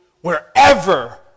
wherever